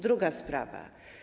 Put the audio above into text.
Druga sprawa.